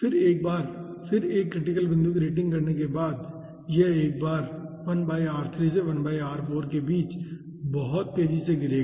फिर एक बार फिर एक क्रिटिकल बिंदु की रेटिंग करने के बाद यह एक बार फिर 1r3 से 1r4 के बीच बहुत तेजी से गिरेगा